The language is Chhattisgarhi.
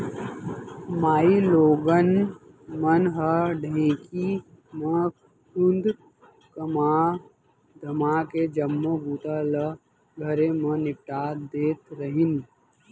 माइलोगन मन ह ढेंकी म खुंद कमा धमाके जम्मो बूता ल घरे म निपटा देत रहिन